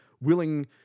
willing